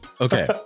Okay